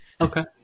Okay